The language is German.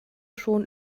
schon